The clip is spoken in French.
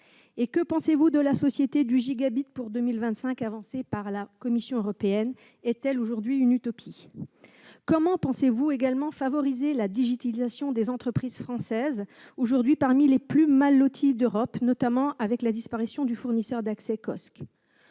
société numérique ? La société du gigabit pour 2025 promue par la Commission européenne est-elle aujourd'hui une utopie ? Comment pensez-vous favoriser la numérisation des entreprises françaises, aujourd'hui parmi les plus mal loties d'Europe, notamment après la disparition du fournisseur d'accès Kosc ?